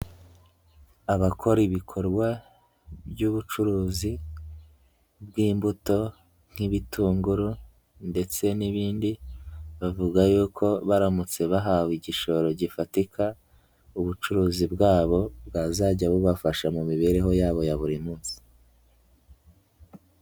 Abakora ibikorwa by'ubucuruzi bw'imbuto, nk'ibitunguru ndetse n'ibindi, bavuga yuko baramutse bahawe igishoro gifatika, ubucuruzi bwabo bwazajya bubafasha mu mibereho yabo ya buri munsi.